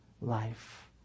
life